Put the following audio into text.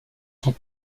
sont